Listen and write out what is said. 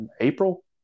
April